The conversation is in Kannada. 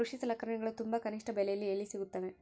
ಕೃಷಿ ಸಲಕರಣಿಗಳು ತುಂಬಾ ಕನಿಷ್ಠ ಬೆಲೆಯಲ್ಲಿ ಎಲ್ಲಿ ಸಿಗುತ್ತವೆ?